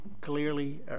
clearly